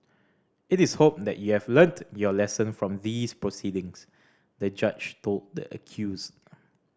it is hoped that you have learnt your lesson from these proceedings the Judge told the accused